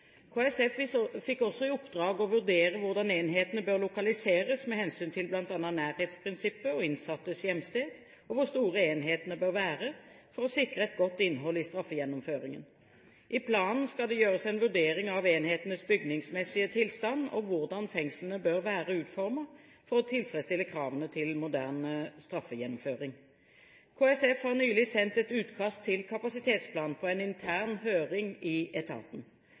fikk også i oppdrag å vurdere hvordan enhetene bør lokaliseres med hensyn til bl.a. nærhetsprinsippet og innsattes hjemsted, og hvor store enhetene bør være for å sikre et godt innhold i straffegjennomføringen. I planen skal det gjøres en vurdering av enhetenes bygningsmessige tilstand og hvordan fengslene bør være utformet for å tilfredsstille kravene til moderne straffegjennomføring. KSF har nylig sendt et utkast til kapasitetsplan på en intern høring i etaten.